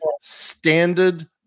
standard